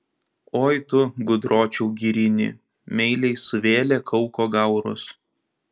oi tu gudročiau girini meiliai suvėlė kauko gaurus